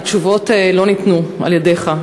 התשובות לא ניתנו על-ידך.